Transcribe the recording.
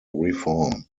reform